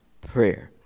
prayer